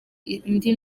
indi